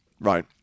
Right